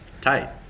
Tight